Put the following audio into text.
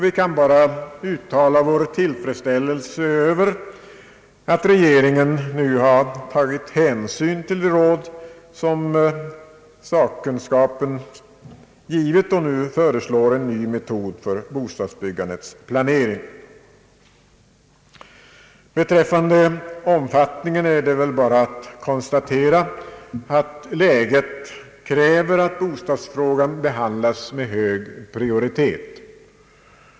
Vi kan bara uttala vår tillfredsställelse över att regeringen nu har tagit hänsyn till de råd sakkunskapen givit och föreslår en ny metod för bostadsbyggandets planering. Beträffande omfattningen är väl bara att konstatera att läget kräver att bostadsfrågan behandlas med hög prioritet.